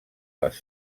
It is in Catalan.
les